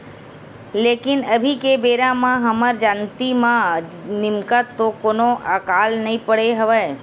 लेकिन अभी के बेरा म हमर जानती म निमगा तो कोनो अकाल नइ पड़े हवय